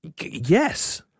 Yes